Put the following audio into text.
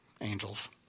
angels